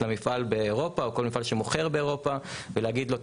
למפעל באירופה או כל מפעל שמוכר באירופה ולהגיד לו,